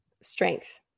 strength